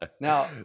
Now